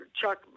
Chuck